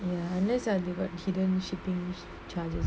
ya unless you got hidden shipping's charges